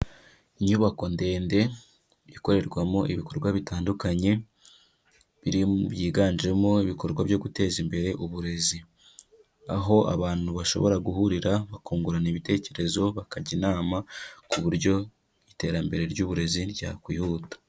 Inyubako ndende ikorerwamo ibikorwa bitandukanye biri byiganjemo ibikorwa byo guteza imbere uburezi. Aho abantu bashobora guhurira bakungurana ibitekerezo bakajya inama ku buryo iterambere ry'uburezi ryakwihuta.